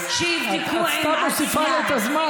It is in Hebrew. זאת לא זכות בסיסית של כל אזרח של מדינה?